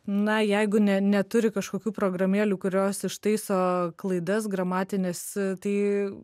na jeigu ne neturi kažkokių programėlių kurios ištaiso klaidas gramatines tai